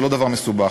זה לא דבר מסובך.